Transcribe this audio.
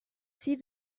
see